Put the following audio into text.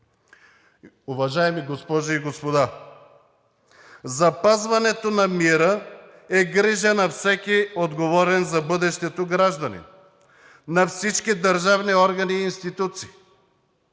Уважаеми госпожи и господа, запазването на мира е грижа на всеки отговорен за бъдещето гражданин, на всички държавни органи и институции.